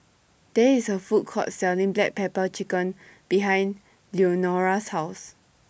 There IS A Food Court Selling Black Pepper Chicken behind Leonora's House